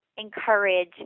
encourage